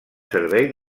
servei